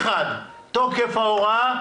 ראשית, תוקף ההוראה